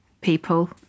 people